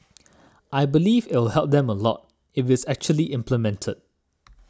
I believe I'll help them a lot if it's actually implemented